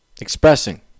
expressing